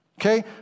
Okay